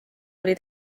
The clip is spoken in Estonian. oli